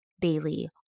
Bailey